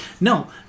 No